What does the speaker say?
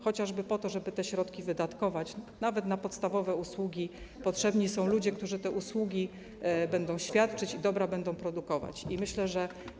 Chociażby po to, żeby te środki wydatkować nawet na podstawowe usługi, potrzebni są ludzie, którzy te usługi będą świadczyć i będą produkować dobra.